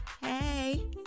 Hey